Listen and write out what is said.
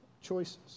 choices